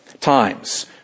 times